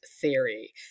theory